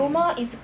mmhmm